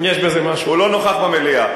אדוני היושב-ראש, נותר לו רק להגיד את השם.